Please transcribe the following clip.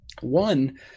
one